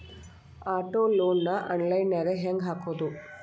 Auto loan ನ online ನ್ಯಾಗ್ ಹೆಂಗ್ ಹಾಕೊದು?